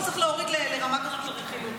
מי שהדליף את זה זאת אחת היועצות של הח"כים.